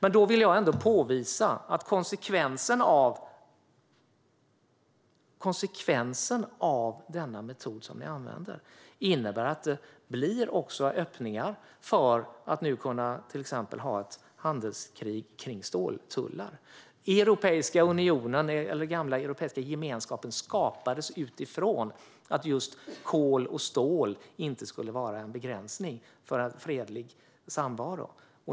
Jag vill påvisa att konsekvenserna av den metod som ni använder blir öppningar för att till exempel ha ett handelskrig om ståltullar. Europeiska unionen, eller gamla Europeiska gemenskapen, skapades utifrån att kol och stål inte skulle vara en begränsning för fredlig samvaro.